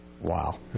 Wow